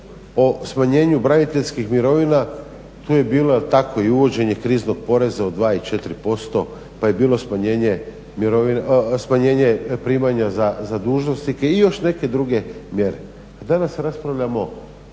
o smanjenju braniteljskih mirovina tu je bilo tako i uvođenje kriznog poreza od 2% i 4%, pa je bilo smanjenje primanja za dužnosnike i još neke druge mjere. Danas raspravljamo